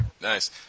nice